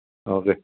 okay